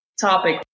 topic